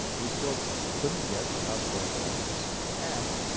we still couldn't get the house of representatives to act,